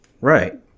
Right